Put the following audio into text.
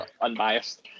unbiased